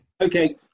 okay